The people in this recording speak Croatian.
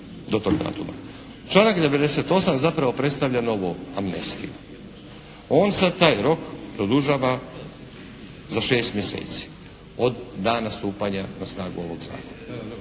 do tog datuma. Članak 98. zapravo predstavlja novu amnestiju. On sad taj rok produžava za 6 mjeseci od dana stupanja na snagu ovog Zakona.